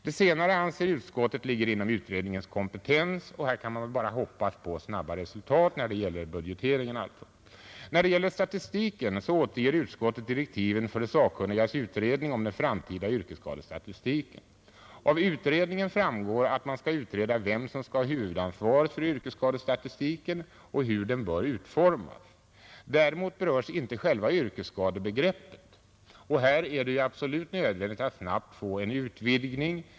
Det senare anser utskottet ligger inom utredningens kompetens. Här kan man väl bara hoppas på snabba resultat när det gäller budgeteringen. Beträffande statistiken återger utskottet direktiven för de sakkunnigas utredning om den framtida yrkesskadestatistiken. Av direktiven framgår att man skall utreda vem som skall ha huvudansvaret för yrkesskadestatistiken och hur den bör utformas i framtiden. Däremot berörs inte själva yrkesskadebegreppet. Här är det absolut nödvändigt att snabbt få en utvidgning.